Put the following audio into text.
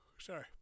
Sorry